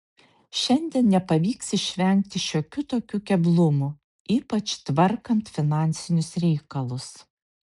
šiandien nepavyks išvengti šiokių tokių keblumų ypač tvarkant finansinius reikalus